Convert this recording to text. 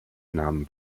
nahmen